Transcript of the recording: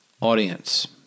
audience